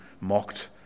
mocked